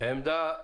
עמדה ברורה,